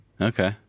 Okay